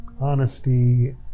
honesty